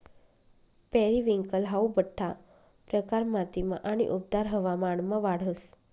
periwinkle हाऊ बठ्ठा प्रकार मातीमा आणि उबदार हवामानमा वाढस